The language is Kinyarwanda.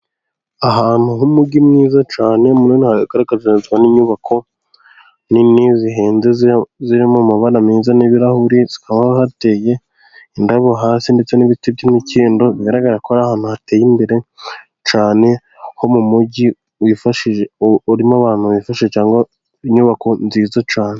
Ahantu h'umujyi mwiza cyane, mu nta igaragazazwa n'inyubako nini zihenze zirimo amabara meza n'ibirahuri, hakaba hateye indabo hasi ndetse n'ibiti by'imikindo bigaragara ko ari ahantu hateye imbere cyane, ho mu mujyi urimo abantu bifashije cyangwa inyubako nziza cyane.